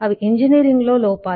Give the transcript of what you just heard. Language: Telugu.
అవి ఇంజనీరింగ్లో లోపాలు